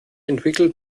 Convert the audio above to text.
entwickelt